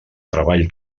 treball